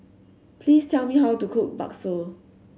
please tell me how to cook Bakso